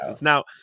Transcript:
Now